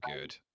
good